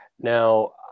Now